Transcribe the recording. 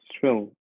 true